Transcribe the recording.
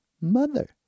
mother